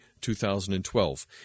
2012